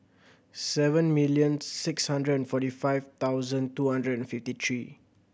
seven million six hundred and forty five thousand two hundred and fifty three